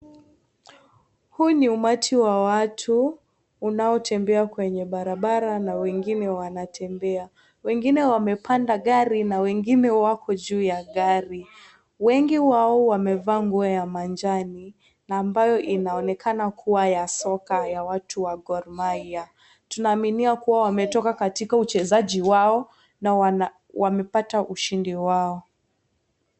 Huu ni umati wa watu unaotembea kwenye barabara na wengine wanatembea. Wengine wamepanda gari na wengine wako juu ya gari. Wengi wao wamevaa nguo ya majani na ambayo inaonekana kuwa ya soka ya watu wa Gor Mahia. Tunaaminia kuwa, wametoka katika uchezaji wao na wamepata ushindi wao.